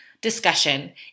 discussion